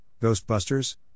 ghostbusters